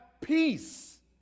peace